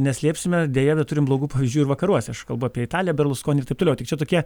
neslėpsime deja bet turim blogų pavyzdžių ir vakaruose aš kalbu apie italiją berluskoni ir taip toliau tik čia tokie